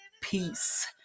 peace